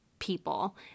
people